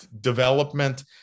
development